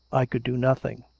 i could do nothing.